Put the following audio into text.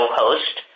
host